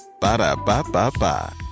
Ba-da-ba-ba-ba